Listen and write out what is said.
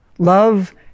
Love